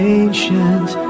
ancient